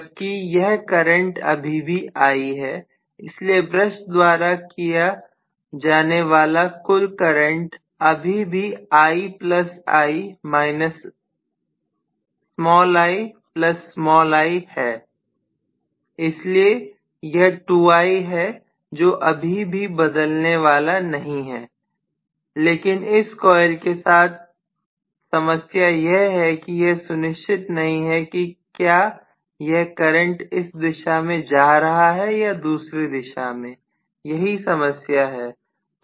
जबकि यह करंट अभी भी I है इसलिए ब्रश द्वारा किया जाने वाला कुल करंट अभी भी II ii है इसलिए यह 2I है जो अभी भी बदलने वाला नहीं है लेकिन इस कॉइल के साथ समस्या यह है कि यह सुनिश्चित नहीं है कि क्या यह करंट इस दिशा में जा रहा है या दूसरी दिशा में यही समस्या है